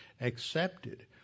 accepted